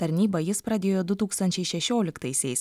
tarnybą jis pradėjo du tūkstančiai šešioliktaisiais